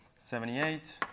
seventy eight